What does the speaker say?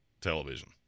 television